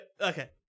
okay